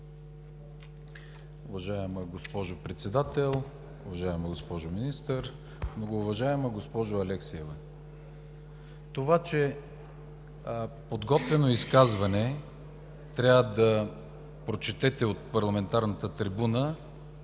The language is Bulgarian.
това че подготвено изказване трябва да прочетете от парламентарната трибуна,